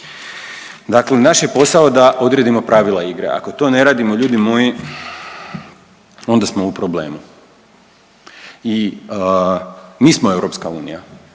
Dakle, naš je posao da odredimo pravila igre. Ako to ne radimo ljudi moji onda smo u problemu. I mi smo EU da